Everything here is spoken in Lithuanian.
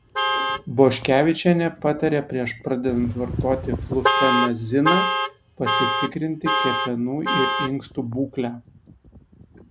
boškevičienė patarė prieš pradedant vartoti flufenaziną pasitikrinti kepenų ir inkstų būklę